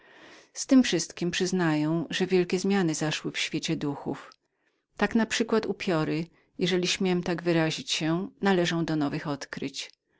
z tem wszystkiem przyznaję że wielkie zmiany zaszły w świecie pandemonistycznym tak naprzykład upiory jeżeli śmiem tak wyrazić się należą do nowych odkryć